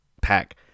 pack